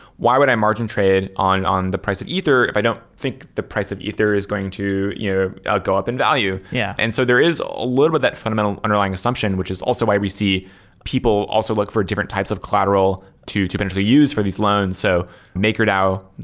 why would i margin trade on on the price of ether if i don't think the price of ether is going to ah go up in value? yeah and so there is a little of that fundamental underlying assumption, which is also why see people also look for different types of collateral to to potentially use for these loans. so maker dao,